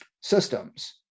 systems